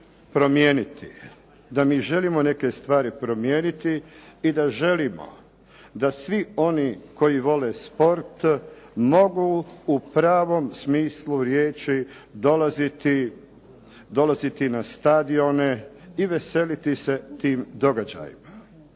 odluka da mi želimo neke stvari promijeniti i da želimo da svi oni koji vole sport mogu u pravom smislu riječi dolaziti na stadione i veseliti se tim događajima.